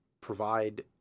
provide